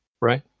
right